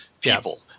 people